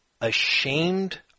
ashamed